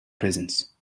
prisons